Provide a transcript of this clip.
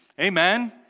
Amen